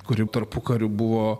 kuri tarpukariu buvo